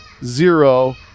Zero